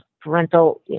parental